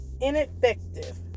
ineffective